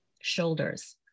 shoulders